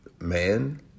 man